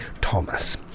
Thomas